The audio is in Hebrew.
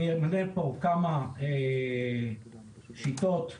אני מונה פה כמה שיטות להחלפה,